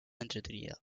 entretenida